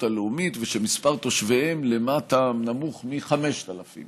הלאומית ושמספר תושביהם נמוך מ-5,000,